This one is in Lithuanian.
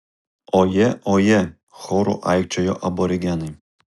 oje oje choru aikčiojo aborigenai